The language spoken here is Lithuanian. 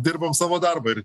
dirbam savo darbą ir